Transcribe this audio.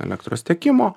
elektros tiekimo